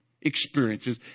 experiences